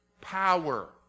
power